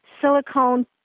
silicone